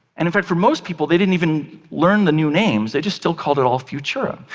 and in fact, for most people, they didn't even learn the new names, they just still called it all futura.